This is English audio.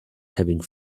having